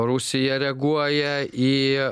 rusija reaguoja į